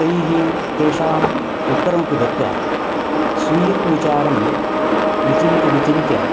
तैः तेषाम् उत्तरमपि दत्वा स्वीयं विचारं विचिन्त्य विचिन्त्य